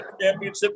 Championship